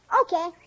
Okay